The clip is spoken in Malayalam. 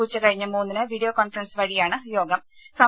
ഉച്ച കഴിഞ്ഞ് മൂന്നിന് വിഡിയോ കോൺഫറൻസ് വഴിയാണ് യോഗം